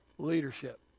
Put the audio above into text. leadership